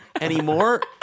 anymore